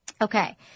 Okay